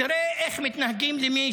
תראה איך מתנהגים למי